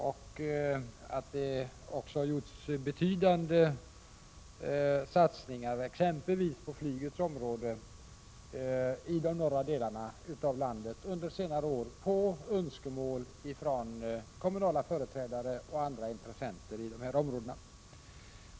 Det har också gjorts betydande satsningar på exempelvis flygets område i de norra delarna av landet under senare år, på önskemål från kommunala företrädare och andra intressenter i dessa områden.